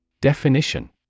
Definition